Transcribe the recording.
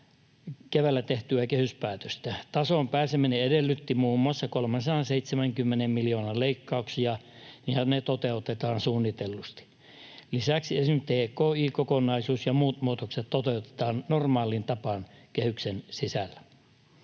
keväällä tehtyä kehyspäätöstä. Tasoon pääseminen edellytti muun muassa 370 miljoonan leikkauksia, ja ne toteutetaan suunnitellusti. Lisäksi esimerkiksi tki-kokonaisuus ja muut muutokset toteutetaan normaaliin tapaan kehyksen sisällä.